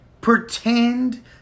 pretend